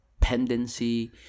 dependency